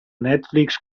netflix